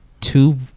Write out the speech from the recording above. two